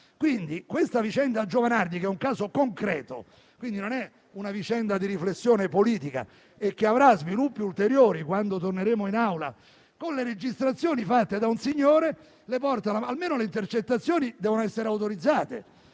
La vicenda Giovanardi, che è un caso concreto, e non una vicenda di riflessione politica, che avrà sviluppi ulteriori quando torneremo in Assemblea con le registrazioni fatte da un signore, porta ad affermare che almeno le intercettazioni devono essere autorizzate,